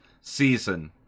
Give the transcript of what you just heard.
season